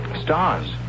stars